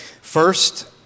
First